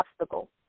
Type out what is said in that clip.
obstacle